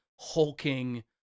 hulking